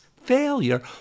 failure